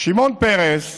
שמעון פרס,